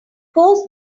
course